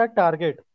target